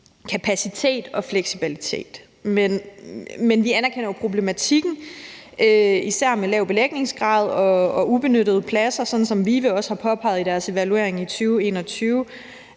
kapacitet og fleksibilitet. Men vi anerkender jo problematikken, især med lav belægningsgrad og ubenyttede pladser. Sådan som VIVE også har påpeget det i deres evaluering i 2021,